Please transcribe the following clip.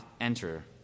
enter